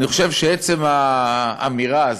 אני חושב שעצם האמירה הזאת,